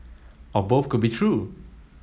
or both could be true